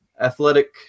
athletic